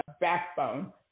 backbone